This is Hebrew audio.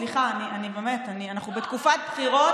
אנחנו בתקופת בחירות,